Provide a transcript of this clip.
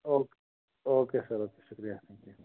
okay okay sir اَدٕ سا شُکریا